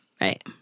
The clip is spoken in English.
Right